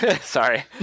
sorry